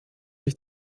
sich